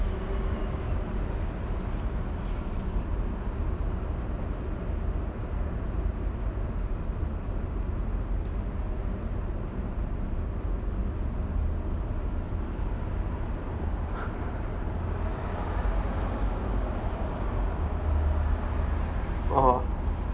orh